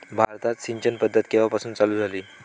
भारतात सिंचन पद्धत केवापासून चालू झाली?